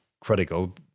critical